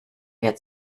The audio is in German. wir